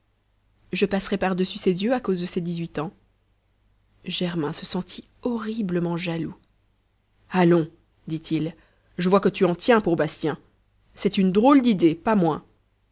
je passerais par-dessus ses yeux à cause de ses dix-huit ans germain se sentit horriblement jaloux allons dit-il je vois que tu en tiens pour bastien c'est une drôle d'idée pas moins